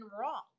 wrong